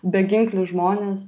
beginklius žmones